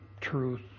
truth